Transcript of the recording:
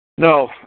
No